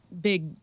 big